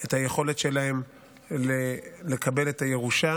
את היכולת שלהן לקבל את הירושה